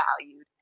valued